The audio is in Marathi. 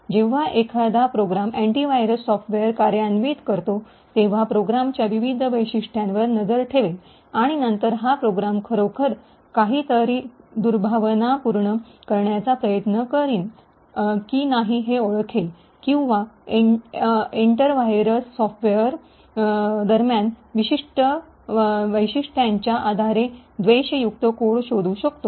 जेव्हा एखादा प्रोग्राम अँटी व्हायरस सॉफ्टवेअर कार्यान्वित करतो तेव्हा प्रोग्रामच्या विविध वैशिष्ट्यांवर नजर ठेवेल आणि नंतर हा प्रोग्राम खरोखर काहीतरी दुर्भावनापूर्ण करण्याचा प्रयत्न करीत आहे की नाही हे ओळखेल किंवा एंटर व्हायरस सॉफ्टवेअर दरम्यान विशिष्ट वैशिष्ट्यांच्या आधारे द्वेषयुक्त कोड शोधू शकतो